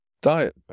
diet